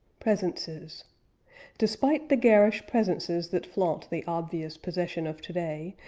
presences despise the garish presences that flaunt the obvious possession of today,